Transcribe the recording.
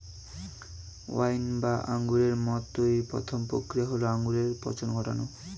wine বা আঙুরের মদ তৈরির প্রথম প্রক্রিয়া হল আঙুরে পচন ঘটানো